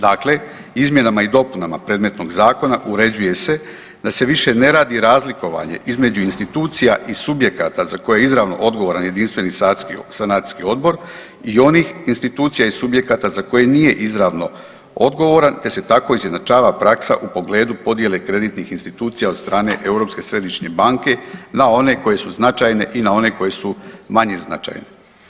Dakle, izmjenama i dopunama predmetnog zakona uređuje se da se više ne radi razlikovanje između institucija i subjekata za koje je izravno odgovoran Jedinstveni sanacijski odbor i onih institucija i subjekata za koje nije izravno odgovoran, te se tako izjednačava praksa u pogledu podjele kreditnih institucija od strane Europske središnje banke na one koje su značajne i na one koje su manje značajne.